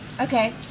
Okay